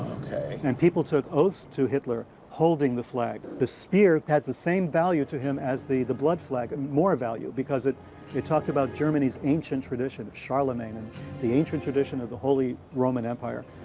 and people took oaths to hitler holding the flag. the spear has the same value to him as the the blood flag more value because it it talked about germany's ancient tradition of charlemagne, and the ancient tradition of the holy roman empire,